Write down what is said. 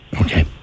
Okay